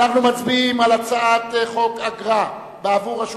אנחנו מצביעים על הצעת חוק אגרה בעבור רשות